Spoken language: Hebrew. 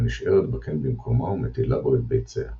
ונשארת בקן במקומה ומטילה בו את ביציה.